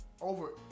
over